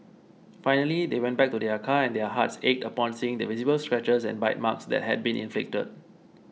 finally they went back to their car and their hearts ached upon seeing the visible scratches and bite marks that had been inflicted